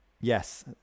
Yes